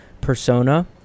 persona